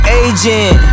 agent